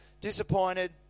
disappointed